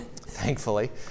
thankfully